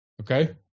okay